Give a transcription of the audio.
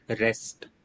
rest